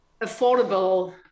affordable